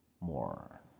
more